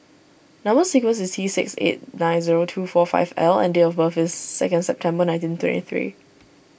Number Sequence is T six eight nine zero two four five L and date of birth is second September nineteen twenty three